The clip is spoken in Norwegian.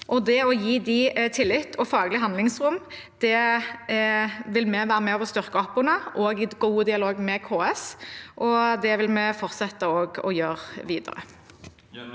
å gi dem tillit og faglig handlingsrom vil vi være med og styrke opp under, i god dialog med KS, og det vil vi også fortsette å gjøre videre.